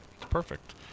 perfect